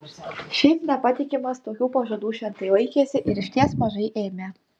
šiaip nepatikimas tokių pažadų šventai laikėsi ir išties mažai ėmė